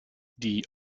die